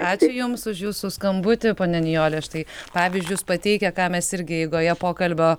ačiū jums už jūsų skambutį ponia nijole štai pavyzdžius pateikia ką mes irgi eigoje pokalbio